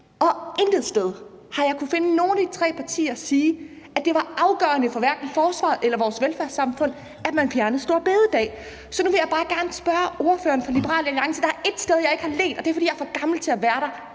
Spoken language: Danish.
Og intet sted har jeg kunnet finde nogen af de tre partier sige, at det var afgørende for hverken forsvaret eller vores velfærdssamfund, at man fjernede store bededag. Så nu vil jeg bare gerne spørge ordføreren for Liberal Alliance, for der er ét sted, jeg ikke har ledt, og det er, fordi jeg er for gammel til at være der: